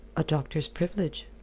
a doctor's privilege.